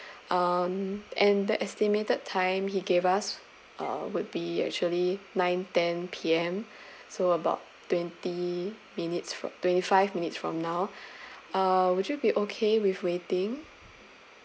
um and the estimated time he gave us uh would be actually nine ten P_M so about twenty minutes fro~ twenty five minutes from now uh would you be okay with waiting